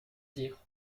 dire